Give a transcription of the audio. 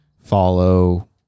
follow